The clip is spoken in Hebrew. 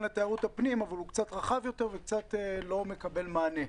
לתיירות הפנים אבל הוא קצת רחב יותר ולא מקבל מענה.